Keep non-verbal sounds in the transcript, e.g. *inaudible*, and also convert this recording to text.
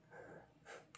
*breath*